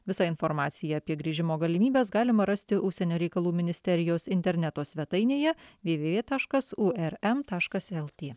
visą informaciją apie grįžimo galimybes galima rasti užsienio reikalų ministerijos interneto svetainėje vė vė vė taškas urm taškas lt